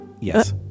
Yes